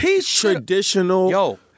traditional